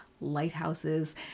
lighthouses